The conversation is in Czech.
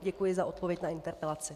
Děkuji za odpověď na interpelaci.